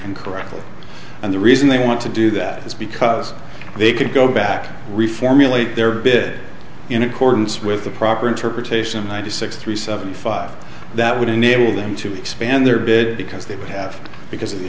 incorrectly and the reason they want to do that is because they could go back reformulate their bid in accordance with the proper interpretation ninety six three seventy five that would enable them to expand their bit because they would have to because of the